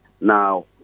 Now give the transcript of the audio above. Now